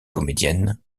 comédienne